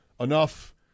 enough